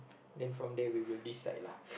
then from there we will decide lah